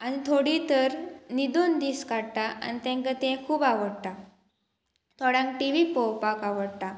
आनी थोडीं तर न्हिदून दीस काडटा आनी तेंका तें खूब आवडटा थोड्यांक टीवी पोवपाक आवडटा